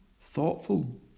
thoughtful